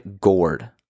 gourd